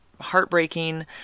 heartbreaking